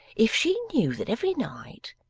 if she knew that every night,